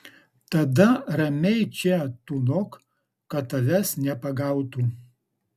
tada ramiai čia tūnok kad tavęs nepagautų